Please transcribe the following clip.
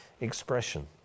expression